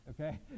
okay